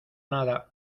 nada